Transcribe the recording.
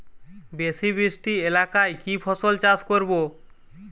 বেশি বৃষ্টি এলাকায় কি ফসল চাষ করব?